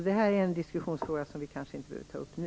Detta är en diskussionfråga som vi kanske inte behöver ta upp nu.